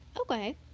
okay